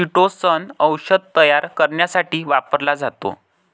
chitosan औषध तयार करण्यासाठी वापरला जातो